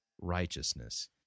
righteousness